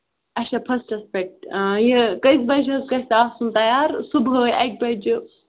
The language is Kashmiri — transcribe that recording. اَچھا فٔسٹَس پیٚٹھ یہِ کٔژِ بَجہِ حظ گژھِ آسُن تَیار صبُحے اَکہِ بَجہِ